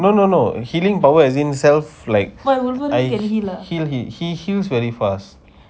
no no no healing power as in self like heal his he heal very fast